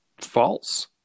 false